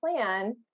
plan